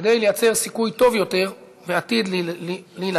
כדי ליצור סיכוי טוב יותר ועתיד לילדיהם.